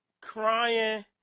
crying